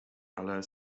ale